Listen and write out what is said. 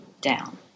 down